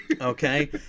Okay